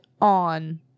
on